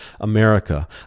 America